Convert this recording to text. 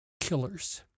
killers